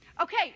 Okay